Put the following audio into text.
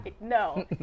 no